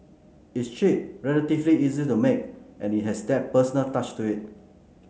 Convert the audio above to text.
it's cheap relatively easy to make and it has that personal touch to it